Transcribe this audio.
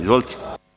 Izvolite.